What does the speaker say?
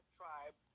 tribe